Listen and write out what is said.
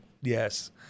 Yes